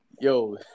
Yo